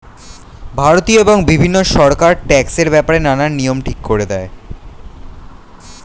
ভারতীয় এবং বিভিন্ন সরকার ট্যাক্সের ব্যাপারে নানান নিয়ম ঠিক করে দেয়